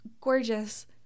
gorgeous